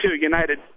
United